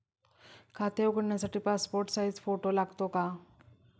खाते उघडण्यासाठी passport size photo लागतो का?